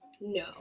No